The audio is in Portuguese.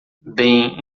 bem